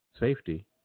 Safety